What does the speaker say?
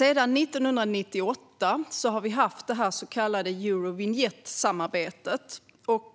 Eurovinjettsamarbetet har funnits sedan 1998.